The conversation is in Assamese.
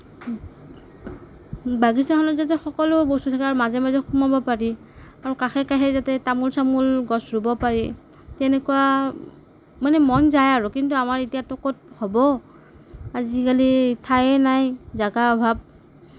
বাগিছাখনত যাতে সকলো বস্তু থাকে আৰু মাজে মাজে সোমাব পাৰি আৰু কাষে কাষে যাতে তামোল চামোল গছ ৰুব পাৰি তেনেকুৱা মানে মন যায় আৰু কিন্তু আমাৰ এতিয়াতো ক'ত হ'ব আজিকালি ঠাইয়েই নাই জাগাৰ অভাৱ